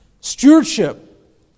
Stewardship